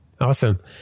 Awesome